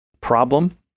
problem